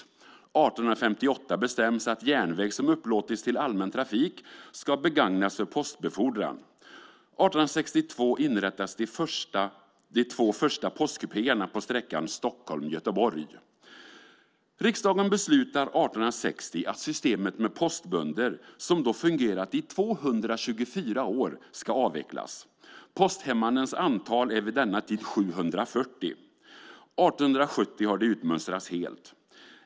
1858 bestäms att järnväg som upplåtits till allmän trafik ska begagnas för postbefordran. 1862 inrättas de två första postkupéerna på sträckan Stockholm-Göteborg. Riksdagen beslutar 1860 att systemet med postbönder som då fungerat i 224 år ska avvecklas. Posthemmanens antal är vid denna tid 740. 1870 har de utmönstrats helt.